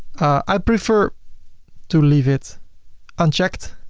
i prefer to leave it unchecked.